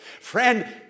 Friend